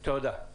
תודה.